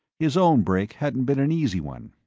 his own break hadn't been an easy one.